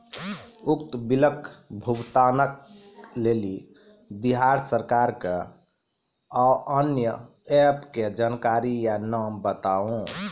उक्त बिलक भुगतानक लेल बिहार सरकारक आअन्य एप के जानकारी या नाम बताऊ?